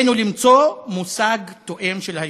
עלינו למצוא מושג תואם של ההיסטוריה.